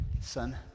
son